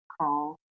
crawl